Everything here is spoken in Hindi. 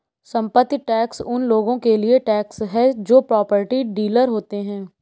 संपत्ति टैक्स उन लोगों के लिए टैक्स है जो प्रॉपर्टी डीलर होते हैं